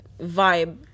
vibe